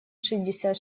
шестьдесят